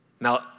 Now